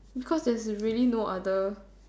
because there's really no other